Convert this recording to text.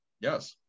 Yes